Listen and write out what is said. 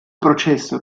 processo